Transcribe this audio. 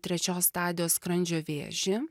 trečios stadijos skrandžio vėžį